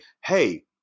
hey